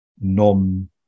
non